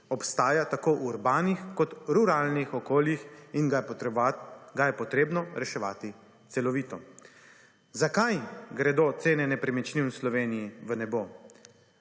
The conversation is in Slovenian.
obstaja tako v urbanih kot ruralnih okoljih in ga je potrebno reševati celovito. Zakaj gredo cene nepremičnin v Sloveniji v nebo?